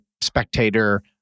spectator